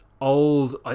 old